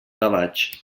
gavatx